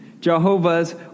Jehovah's